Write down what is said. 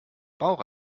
bauch